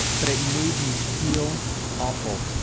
but it made me feel awful.